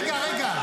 רגע, רגע.